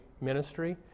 ministry